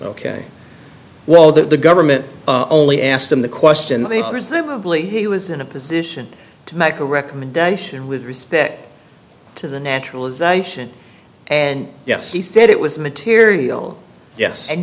ok well that the government only asked him the question presumably he was in a position to make a recommendation with respect to the naturalization and yes he said it was material yes and